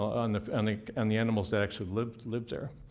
on the and like and the animals that actually live live there.